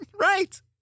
Right